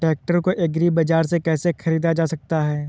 Tractor को agri बाजार से कैसे ख़रीदा जा सकता हैं?